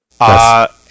Yes